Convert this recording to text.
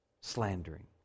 slandering